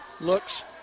looks